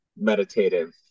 meditative